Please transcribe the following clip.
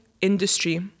Industry